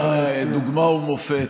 הוא דוגמה ומופת,